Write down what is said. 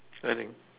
selling